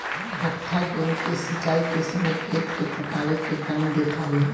हत्था गेंहू के सिंचाई के समय खेत के पटावे के काम देत हवे